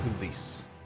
release